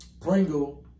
Pringle